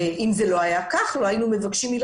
אם זה לא היה כך לא היינו מבקשים את